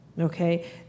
Okay